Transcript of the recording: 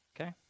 Okay